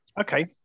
Okay